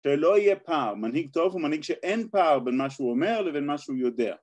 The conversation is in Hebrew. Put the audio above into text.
שלא יהיה פער, מנהיג טוב הוא מנהיג שאין פער בין מה שהוא אומר לבין מה שהוא יודע